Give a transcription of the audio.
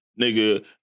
Nigga